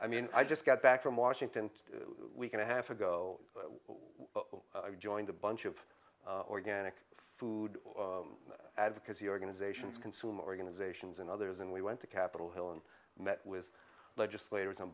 i mean i just got back from washington week and a half ago i joined a bunch of organic food advocacy organizations consumer organizations and others and we went to capitol hill and met with legislators on